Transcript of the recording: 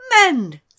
Mend